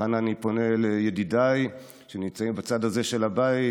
וכאן אני פונה לידידיי שנמצאים בצד הזה של הבית: